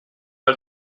pas